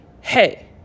hey